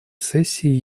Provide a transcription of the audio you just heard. сессии